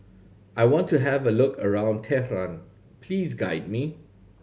I want to have a look around Tehran please guide me